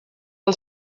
els